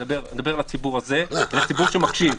אני מדבר לציבור הזה, לציבור שמקשיב.